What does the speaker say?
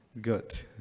Good